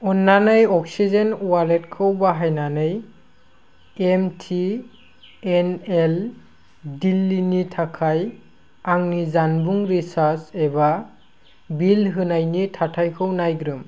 अन्नानै अक्सिजेन वालेटखौ बाहायनानै एमटिएनएल दिल्लीनि थाखाय आंनि जानबुं रिचार्ज एबा बिल होनायनि थाथायखौ नायग्रोम